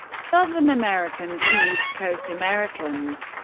southern americans, and east coast americans.